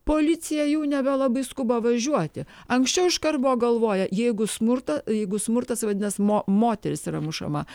policija jau nebelabai skuba važiuoti anksčiau iškart buvo galvoję jeigu smurta jeigu smurtas vadinas moteris yra mušama